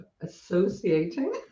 associating